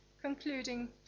concluding